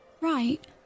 Right